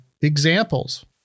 examples